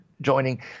Joining